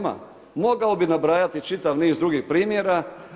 Mogao bi nabrajati čitav niz drugih primjera.